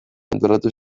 antolatu